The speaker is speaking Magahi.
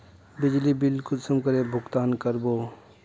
बिजली बिल कुंसम करे भुगतान कर बो?